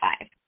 five